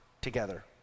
together